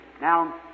Now